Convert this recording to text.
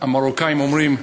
המרוקאים אומרים,